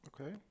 Okay